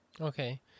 Okay